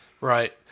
Right